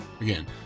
Again